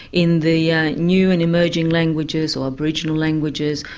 in the new and emerging languages, or aboriginal languages,